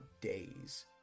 days